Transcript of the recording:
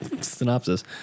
synopsis